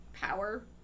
power